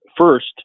First